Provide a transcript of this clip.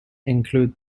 include